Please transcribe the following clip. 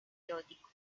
erótico